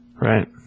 right